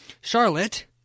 Charlotte